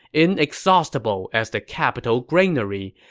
inexhaustible as the capital granary,